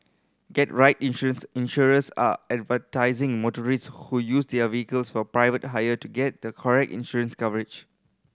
get right insurance insurers are advising motorists who use their vehicles for private hire to get the correct insurance coverage